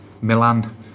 Milan